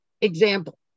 example